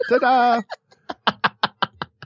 Ta-da